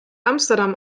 amsterdam